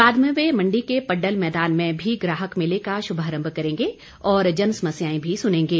बाद में वे मंडी के पड़ल मैदान में भी ग्राहक मेले का श्भारंभ करेंगे और जनसमस्याएं भी सुनेंगे